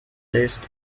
placed